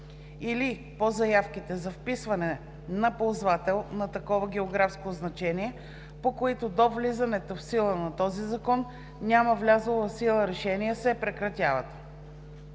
или по заявките за вписване на ползвател на такова географско означение, по които до влизането в сила на този закон няма влязло в сила решение, се прекратяват.